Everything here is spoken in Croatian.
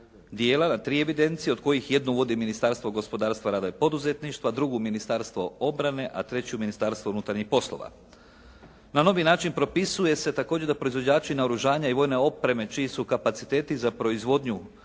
dijela, na tri evidencije od kojih jedno uvodi Ministarstvo gospodarstva, rada i poduzetništva, drugu Ministarstvo obrane, a treću Ministarstvo unutarnjih poslova. Na novi način propisuje se također da proizvođači naoružanja i vojne opreme čiji su kapaciteti za proizvodnju